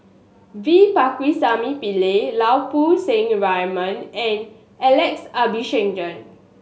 V Pakirisamy Pillai Lau Poo Seng Raymond and Alex Abisheganaden